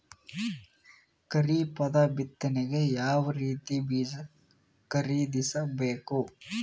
ಖರೀಪದ ಬಿತ್ತನೆಗೆ ಯಾವ್ ರೀತಿಯ ಬೀಜ ಖರೀದಿಸ ಬೇಕು?